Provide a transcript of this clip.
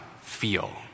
feel